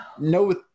no